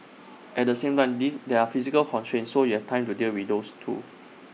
at the same time this there are physical constraints so you have time to deal with those too